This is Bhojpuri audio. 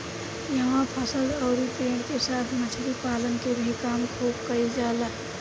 इहवा फसल अउरी पेड़ के साथ मछली पालन के भी काम खुब कईल जाला